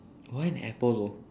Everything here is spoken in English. why an apple though